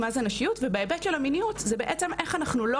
מה זה נשיות ובהיבט של המיניות זה בעצם איך אנחנו לא